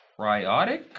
Cryotic